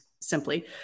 simply